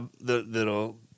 that'll